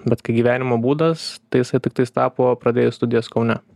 bet kaip gyvenimo būdas tai jisai tiktais tapo pradėjus studijas kaune